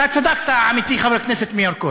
אתה צדקת, עמיתי חבר הכנסת מאיר כהן,